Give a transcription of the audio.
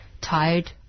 tired